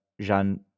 Jean